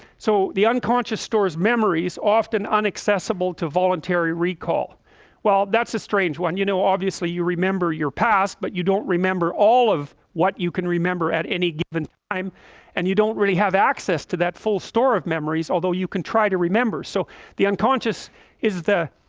so the unconscious stores memories often unaccessible to voluntary recall well, that's a strange one, you know obviously you remember your past but you don't remember all of what you can remember at any given time and you don't really have access to that full store of memories although you can try to remember so the unconscious is the